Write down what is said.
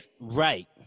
Right